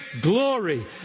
Glory